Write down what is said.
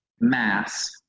mass